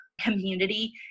community